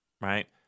right